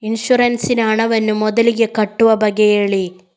insurance ನ ಹಣವನ್ನು ಮೊದಲಿಗೆ ಕಟ್ಟುವ ಬಗ್ಗೆ ಹೇಳಿ